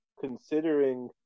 considering